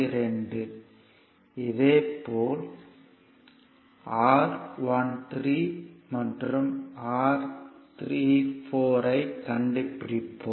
42 இதே போல் R13 மற்றும் R34 ஐ கண்டுபிடிப்போம்